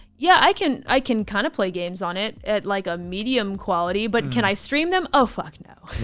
yeah, i can i can kind of play games on it at like a medium quality, but can i stream them? oh fuck no.